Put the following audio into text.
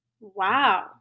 Wow